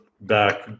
back